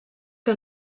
que